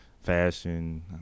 fashion